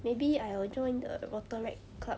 maybe I will join the rotaract club